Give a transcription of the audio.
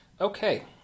Okay